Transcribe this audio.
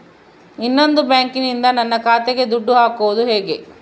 ಇನ್ನೊಂದು ಬ್ಯಾಂಕಿನಿಂದ ನನ್ನ ಖಾತೆಗೆ ದುಡ್ಡು ಹಾಕೋದು ಹೇಗೆ?